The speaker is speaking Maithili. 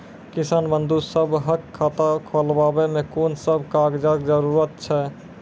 किसान बंधु सभहक खाता खोलाबै मे कून सभ कागजक जरूरत छै?